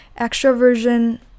extroversion